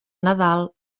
nadal